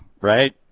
right